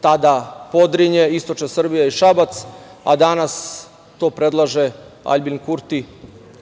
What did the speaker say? tada Podrinje, istočna Srbija i Šabac, a danas to predlaže Aljbin Kurti,